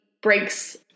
Breaks